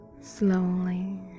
slowly